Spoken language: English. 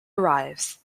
arrives